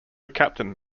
captain